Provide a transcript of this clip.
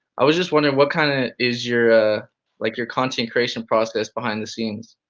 i was just wondering what kind of is your like your content creation process behind the scenes?